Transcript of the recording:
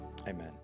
Amen